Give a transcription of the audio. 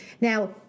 Now